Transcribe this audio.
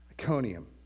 Iconium